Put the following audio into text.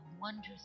wondrous